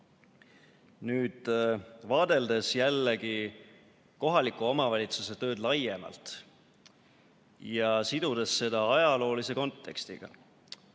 Vaadeldes jällegi kohaliku omavalitsuse tööd laiemalt ja sidudes seda ajaloolise kontekstiga,